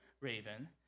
Raven